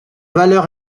valeur